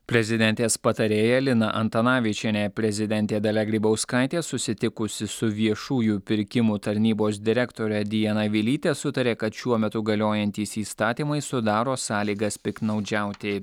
prezidentės patarėja lina antanavičienė prezidentė dalia grybauskaitė susitikusi su viešųjų pirkimų tarnybos direktore diana vilyte sutarė kad šiuo metu galiojantys įstatymai sudaro sąlygas piktnaudžiauti